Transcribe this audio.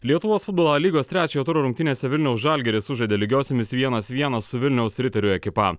lietuvos futbolo a lygos trečiojo turo rungtynėse vilniaus žalgiris sužaidė lygiosiomis vienas vienas su vilniaus riterių ekipa